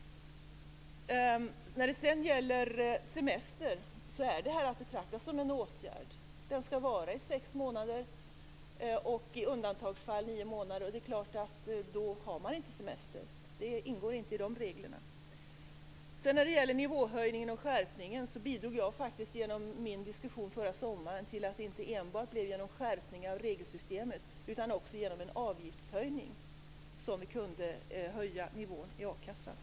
I semesterfrågan vill jag säga att detta är att betrakta som en åtgärd. Den skall vara i sex månader, i undantagsfall i nio månader. I reglerna härför ingår självklart inte semester. När det sedan gäller nivåhöjningen och skärpningen vill jag säga att jag genom min diskussion förra sommaren, inte enbart om skärpningar i regelsystemet utan också om en avgiftsökning, bidrog till att akassans ersättningsnivå kunde höjas.